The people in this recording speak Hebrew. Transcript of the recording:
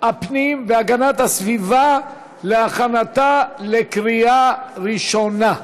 הפנים והגנת הסביבה להכנתה לקריאה ראשונה.